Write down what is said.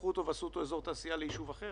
לקחו אותו ועשו אותו אזור תעשייה לישוב אחר?